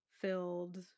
filled